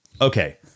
Okay